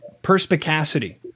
perspicacity